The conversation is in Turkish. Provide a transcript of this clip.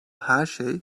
herşey